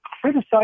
criticize